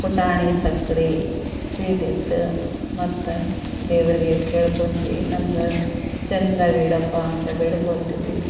ಪುಟಾಣಿ ಸಕ್ರೆ ಸ್ವೀಟ್ ಇಟ್ಟು ಮತ್ತು ದೇವರಿಗೆ ಕೇಳ್ಕೊತಿವಿ ನಮ್ಗೆ ಚಂದಾಗಿ ಇಡಪ್ಪ ಅಂತ ಬೇಡ್ಕೊತಿವಿ